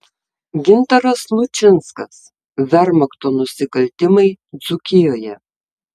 gintaras lučinskas vermachto nusikaltimai dzūkijoje